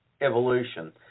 evolution